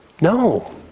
No